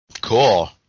Cool